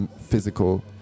physical